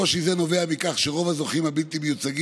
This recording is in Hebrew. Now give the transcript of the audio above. קושי זה נובע מכך שרוב הזוכים הבלתי-מיוצגים